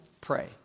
Pray